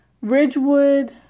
Ridgewood